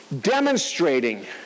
Demonstrating